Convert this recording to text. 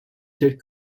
telles